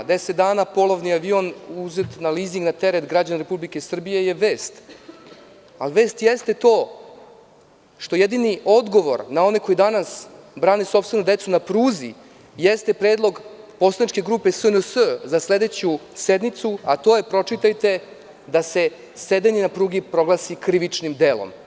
Već 10 dana polovni avion uzet na lizing, na teret građana Republike Srbije je vest, ali vest jeste to što jedini odgovor na one koji danas brane sopstvenu decu na pruzi, jeste predlog poslaničke grupe SNS za sledeću sednicu, a to je, pročitajte, da se sedenje na pruzi proglasi krivičnim delom.